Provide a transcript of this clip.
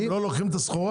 הם לא לוקחים את הסחורה?